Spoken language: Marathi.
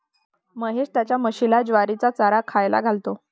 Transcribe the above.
महेश त्याच्या म्हशीला ज्वारीचा चारा खायला घालतो